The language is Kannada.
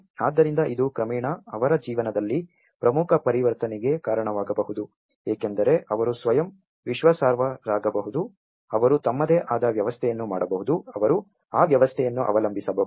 ಆದ್ದರಿಂದ ಇದು ಕ್ರಮೇಣ ಅವರ ಜೀವನದಲ್ಲಿ ಪ್ರಮುಖ ಪರಿವರ್ತನೆಗೆ ಕಾರಣವಾಗಬಹುದು ಏಕೆಂದರೆ ಅವರು ಸ್ವಯಂ ವಿಶ್ವಾಸಾರ್ಹರಾಗಬಹುದು ಅವರು ತಮ್ಮದೇ ಆದ ವ್ಯವಸ್ಥೆಯನ್ನು ಮಾಡಬಹುದು ಅವರು ಆ ವ್ಯವಸ್ಥೆಯನ್ನು ಅವಲಂಬಿಸಬಹುದು